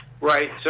Right